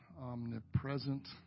omnipresent